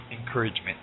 encouragement